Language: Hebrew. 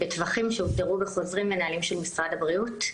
בטווחים שהוגדרו בחוזרים מנהליים של משרד הבריאות,